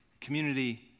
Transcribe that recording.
Community